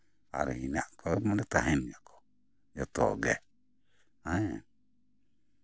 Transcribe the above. ᱟᱨ ᱦᱮᱱᱟᱜ ᱠᱚᱣᱟ ᱢᱟᱱᱮ ᱛᱟᱦᱮᱸᱱ ᱜᱮᱭᱟᱠᱚ ᱡᱚᱛᱚᱜᱮ ᱦᱮᱸ